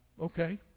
okay